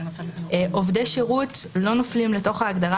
עובדי שירות לא נופלים לתוך ההגדרה